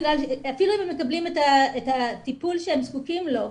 אפילו אם הם מקבלים את הטיפול שהם זקוקים לו,